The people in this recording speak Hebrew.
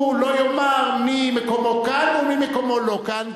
הוא לא יאמר מי מקומו כאן ומי מקומו לא כאן,